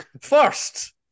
First